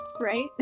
Right